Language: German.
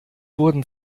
wurden